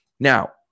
Now